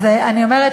אז אני אומרת,